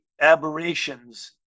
aberrations